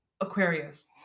Aquarius